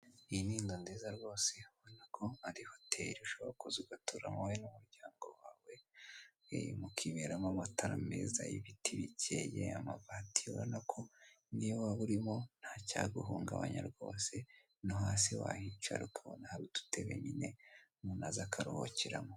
Iyi ni inzu nziza rwose ubona ko ari hotel ushobora kuza ugaturamo wowe n'umuryango wawe mukiberamo amatara meza, ibiti bikeye amabati ubona ko niyo waba urimo ntacyaguhungabanya rwose no hasi wahicara ukabona hari udutebe nyine rwose umuntu aza akaruhukiramo.